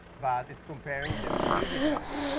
but it's comparing different media types.